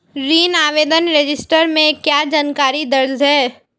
ऋण आवेदन रजिस्टर में क्या जानकारी दर्ज है?